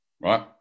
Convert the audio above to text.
Right